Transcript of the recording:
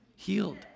healed